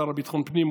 השר לביטחון פנים,